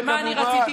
ומה אני רציתי?